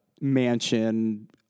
mansion